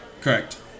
Correct